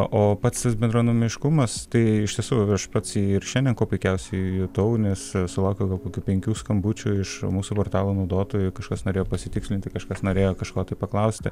o pats tas bendruomeniškumas tai iš tiesų aš pats ir šiandien kuo puikiausiai jutau nes sulaukiau gal kokių penkių skambučių iš mūsų portalo naudotojų kažkas norėjo pasitikslinti kažkas norėjo kažko tai paklausti